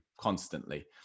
constantly